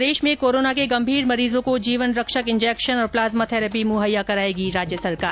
प्रदेश में कोरोना के गंभीर मरीजों को जीवन रक्षक इंजेक्शन और प्लाज्मा थैरेपी मुहैया कराएगी राज्य सरकार